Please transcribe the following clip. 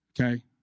okay